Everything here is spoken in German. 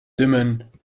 dimmen